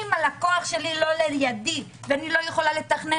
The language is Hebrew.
אם הלקוח שלי לא לידי ואני לא יכולה להתכנן